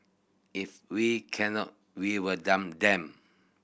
if we cannot we will dump them